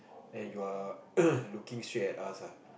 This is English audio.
and you are looking straight at us ah